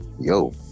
yo